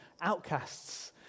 outcasts